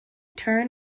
turn